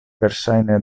verŝajne